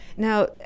Now